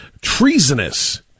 treasonous